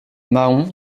mahon